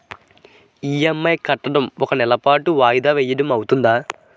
EMI కట్టడం ఒక నెల పాటు వాయిదా వేయటం అవ్తుందా?